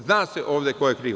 Zna se ovde ko je kriv.